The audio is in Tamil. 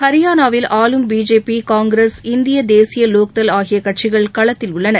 ஹரியானாவில் ஆளும் பிஜேபி காங்கிரஸ் இந்திய தேசிய வோக்தள் கட்சிகள் களத்தில் உள்ளன